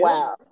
Wow